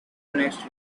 next